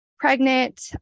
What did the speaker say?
pregnant